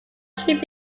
should